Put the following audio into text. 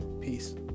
Peace